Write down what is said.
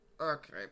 okay